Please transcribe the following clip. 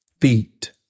feet